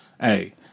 hey